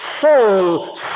soul